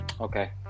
okay